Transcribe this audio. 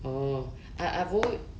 oh I I won't